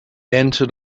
entered